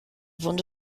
wunde